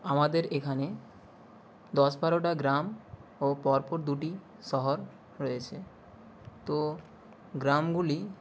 আমাদের এখানে দশ বারোটা গ্রাম ও পরপর দুটি শহর রয়েছে তো গ্রামগুলি